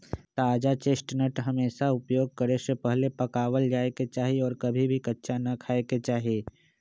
ताजा चेस्टनट हमेशा उपयोग करे से पहले पकावल जाये के चाहि और कभी भी कच्चा ना खाय के चाहि